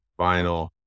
vinyl